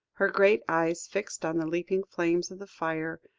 her great eyes fixed on the leaping flames of the fire,